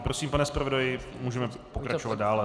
Prosím, pane zpravodaji, můžeme pokračovat dále.